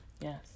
Yes